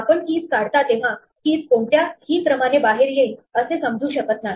आपण keys काढता तेव्हा keys कोणत्याही क्रमाने बाहेर येईल असे समजू शकत नाही